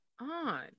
on